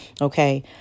Okay